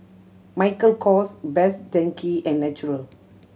Michael Kors Best Denki and Natural